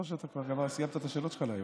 או שאתה סיימת את השאלות שלך להיום?